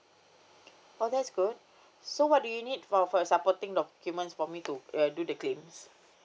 oh that's good so what do you need for for supporting documents for me uh do the claims